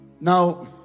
Now